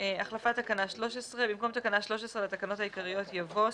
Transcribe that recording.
החלפת תקנה 13 במקום תקנה 13 לתקנות העיקריות יבוא: